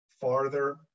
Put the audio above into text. farther